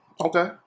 Okay